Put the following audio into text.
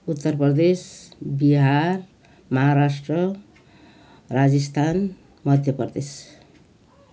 Uttar Pradesh Bihar Maharashtra Rajasthan Madhya Pradesh